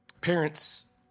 Parents